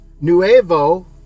Nuevo